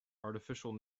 artificial